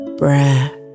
breath